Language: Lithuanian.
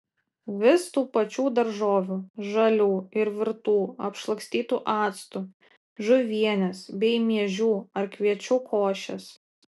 vis tų pačių daržovių žalių ir virtų apšlakstytų actu žuvienės bei miežių ar kviečių košės